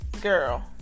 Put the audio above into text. Girl